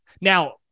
Now